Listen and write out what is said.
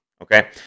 okay